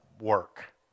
work